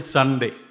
Sunday